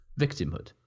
victimhood